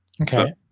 Okay